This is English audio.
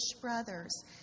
brothers